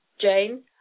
Jane